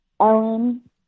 Ellen